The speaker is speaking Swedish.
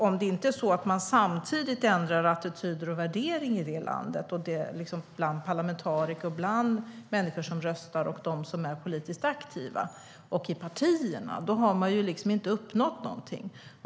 Om man inte samtidigt ändrar attityder och värderingar bland parlamentariker, bland dem som röstar och bland dem som är politiskt aktiva i partierna i landet har man inte uppnått något.